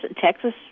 Texas